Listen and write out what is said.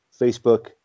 Facebook